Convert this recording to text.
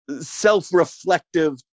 self-reflective